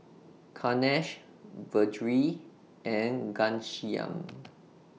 Kanshi Vedre and Ghanshyam